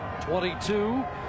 22